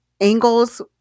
angles